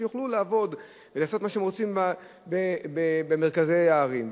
ושיוכלו לעבוד ולעשות מה שהם רוצים במרכזי הערים.